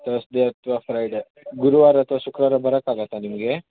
Thursday ಅಥವಾ Friday ಗುರುವಾರ ಅಥವಾ ಶುಕ್ರವಾರ ಬರೋಕ್ಕಾಗತ್ತಾ ನಿಮಗೆ